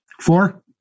four